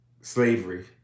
slavery